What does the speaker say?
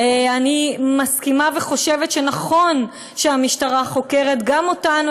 אני מסכימה וחושבת שנכון שהמשטרה חוקרת גם אותנו,